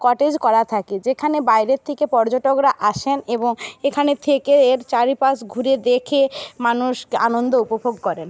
cottage করা থাকে যেখানে বাইরের থেকে পর্যটকরা আসেন এবং এখানে থেকে এর চারপাশ ঘুরে দেখে মানুষ আনন্দ উপভোগ করেন